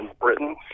Britain